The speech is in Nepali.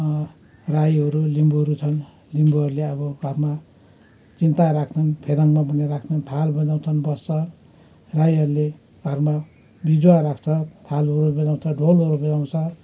राईहरू लिम्बूहरू छन् लिम्बूहरूले अब घरमा चिन्ता राख्छन् फेदङ्मा भन्ने राख्छन् थाल बजाउँछन् बस्छ राईहरूले घरमा बिजुवा राख्छ थालहरू बजाउँछ ढोलहरू बजाउँछ